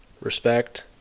respect